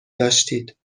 داشتید